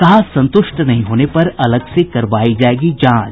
कहा संतृष्ट नहीं होने पर अलग से करवाई जायेगी जांच